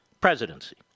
presidency